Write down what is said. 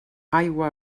aigua